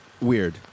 weird